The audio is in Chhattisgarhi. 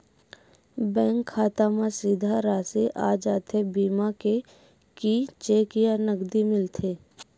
बैंक खाता मा सीधा राशि आ जाथे बीमा के कि चेक या नकदी मिलथे?